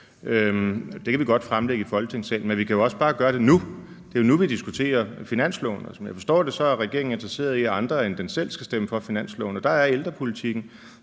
Det kan vi godt fremlægge i Folketingssalen, men vi kan jo også bare gøre det nu. Det er jo nu, vi diskuterer finansloven, og som jeg forstår det, er regeringen interesseret i, at andre end den selv skal stemme for finanslovsforslaget, og der er ældrepolitikken